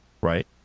right